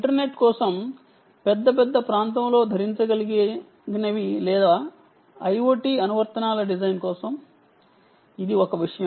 internet కోసం లేదా IoT అనువర్తనాల డిజైన్ కోసం ధరించగలిగినవి అనేది చాలా పెద్ద విషయం